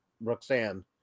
Roxanne